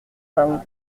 vingt